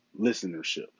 listenership